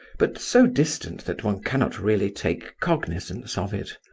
but so distant that one cannot really take cognizance of it.